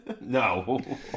No